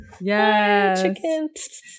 Yes